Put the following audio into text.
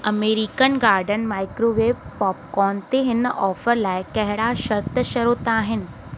American Garden microwave popcorn ते हिन offer लाइ कहिड़ा शर्त शरोत आहिनि